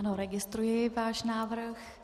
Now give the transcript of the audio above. Ano, registruji váš návrh.